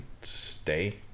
stay